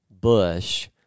bush